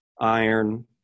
iron